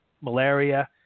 Malaria